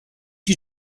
you